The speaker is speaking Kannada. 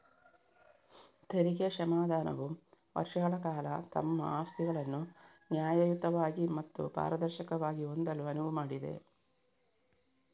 ತೆರಿಗೆ ಕ್ಷಮಾದಾನವು ವರ್ಷಗಳ ಕಾಲ ತಮ್ಮ ಆಸ್ತಿಗಳನ್ನು ನ್ಯಾಯಯುತವಾಗಿ ಮತ್ತು ಪಾರದರ್ಶಕವಾಗಿ ಹೊಂದಲು ಅನುವು ಮಾಡಿದೆ